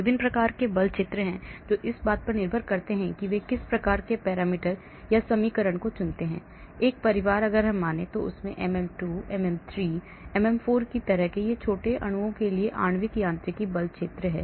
विभिन्न प्रकार के बल क्षेत्र हैं जो इस बात पर निर्भर करते हैं कि वे किस प्रकार के पैरामीटर या समीकरण चुनते हैं एक परिवार MM2 MM3 MM4 की तरह ये छोटे अणुओं के लिए आणविक यांत्रिकी बल क्षेत्र हैं